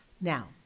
Now